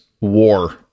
war